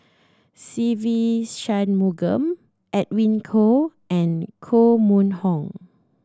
Se Ve Shanmugam Edwin Koo and Koh Mun Hong